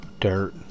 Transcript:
dirt